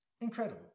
incredible